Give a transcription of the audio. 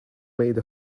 made